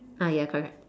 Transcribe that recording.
ah ya correct